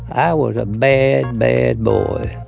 i was a bad, bad boy